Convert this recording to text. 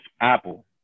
Apple